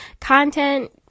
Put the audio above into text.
content